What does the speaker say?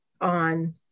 on